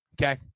okay